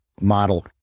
model